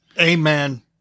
Amen